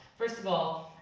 first of all,